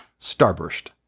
Starburst